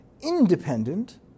independent